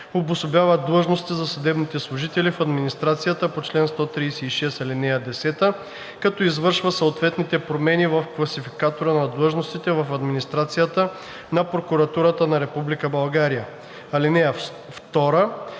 обособява длъжности за съдебните служители в администрацията по чл. 136, ал. 10, като извършва съответните промени в Класификатора на длъжностите в администрацията на Прокуратурата на Република